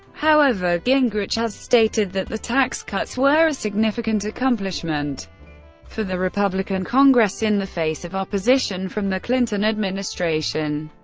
however gingrich has stated that the tax cuts were a significant accomplishment for the republican congress in the face of opposition from the clinton administration.